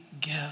give